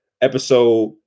Episode